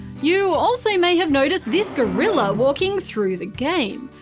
you also may have noticed this gorilla walking through the game,